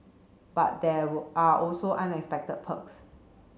but there were are also unexpected perks